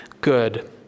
good